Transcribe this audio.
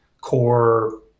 core